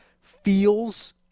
feels